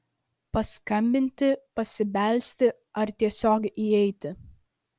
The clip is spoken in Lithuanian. paskambinti pasibelsti ar tiesiog įeiti